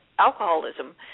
Alcoholism